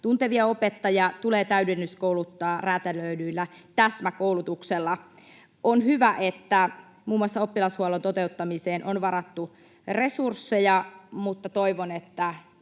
tuntevia opettajia tulee täydennyskouluttaa räätälöidyllä täsmäkoulutuksella. On hyvä, että muun muassa oppilashuollon toteuttamiseen on varattu resursseja, mutta toivon, että